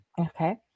Okay